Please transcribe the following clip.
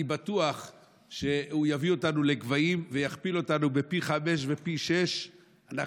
אני בטוח שהוא יביא אותנו לגבהים ויכפיל אותנו פי חמישה ופי שישה.